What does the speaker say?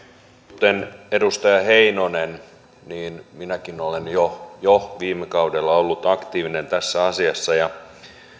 kuten edustaja heinonen minäkin olen jo jo viime kaudella ollut aktiivinen tässä asiassa ja